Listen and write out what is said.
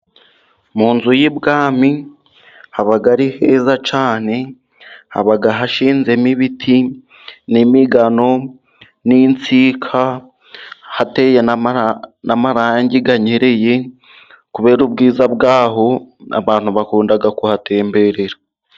Mu inzu y'ibwami haba ari heza cyane, haba hashinzemo ibiti n'imigano n'insika hateye amarangi anyereye. Kubera ubwiza bwaho abantu bakunda kuhatemberera.